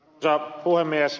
arvoisa puhemies